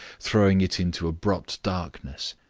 throwing it into abrupt darkness.